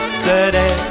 today